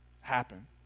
happen